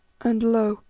and lo!